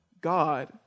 God